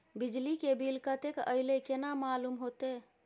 बिजली के बिल कतेक अयले केना मालूम होते?